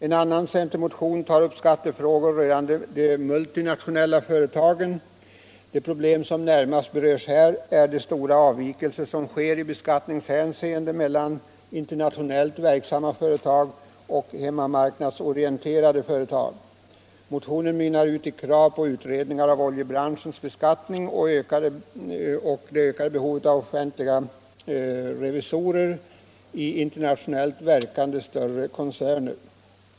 En annan centermotion tar upp skattefrågor beträffande de multinationella företagen. Det problem som närmast berörs är de stora avvikelserna i beskattningshänseende mellan internationellt verksamma företag och hemmamarknadsorienterade företag. Motionen mynnar ut i krav på utredning av oljebranschens beskattning och pekar på det ökade behovet av offentliga revisorer i internationellt verkande koncerner.